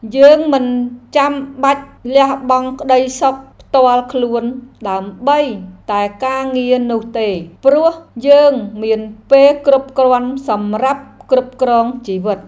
យើងមិនចាំបាច់លះបង់ក្តីសុខផ្ទាល់ខ្លួនដើម្បីតែការងារនោះទេ ព្រោះយើងមានពេលគ្រប់គ្រាន់សម្រាប់គ្រប់គ្រងជីវិត។